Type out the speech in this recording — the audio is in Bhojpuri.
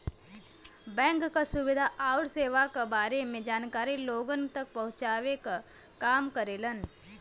बैंक क सुविधा आउर सेवा क बारे में जानकारी लोगन तक पहुँचावे क काम करेलन